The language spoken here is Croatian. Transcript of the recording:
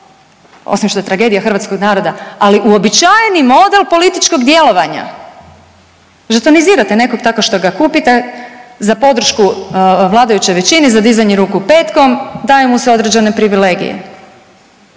osim što je tragedija hrvatskog naroda, ali uobičajeni model političkog djelovanja. Žetonizirate nekog tako što ga kupite za podršku vladajućoj većini, za dizanje ruku petkom, daje mu se određene privilegije,